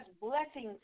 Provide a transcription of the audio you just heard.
blessings